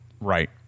Right